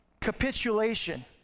capitulation